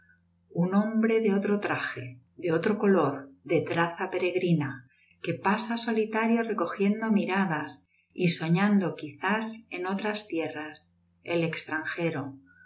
un hombre de otro traje de otro color de traza peregrina que pasa solitario recojiendo miradas y soñando quizás en otras tierras el extranjero